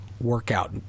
workout